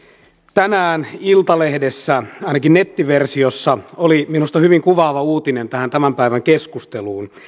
tänään iltalehdessä ainakin nettiversiossa oli minusta hyvin kuvaava uutinen tähän tämän päivän keskusteluun